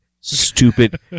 stupid